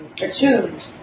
attuned